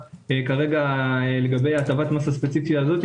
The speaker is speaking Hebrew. כרגע לגבי הטבת המס הספציפית הזאת,